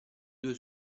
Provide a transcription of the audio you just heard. due